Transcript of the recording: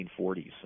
1940s